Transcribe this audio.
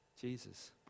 Jesus